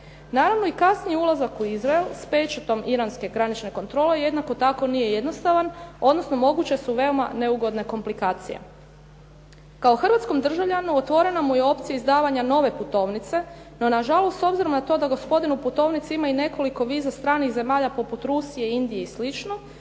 Naravno, i kasnije ulazak u Izrael s pečatom iranske granične kontrole jednako tako nije jednostavan odnosno moguće su veoma neugodne komplikacije. Kao hrvatskom državljaninu otvorena mu je opcija izdavanja nove putovnice, no nažalost s obzirom na to da gospodin u putovnici ima i nekoliko viza stranih zemalja poput Rusije, Indije i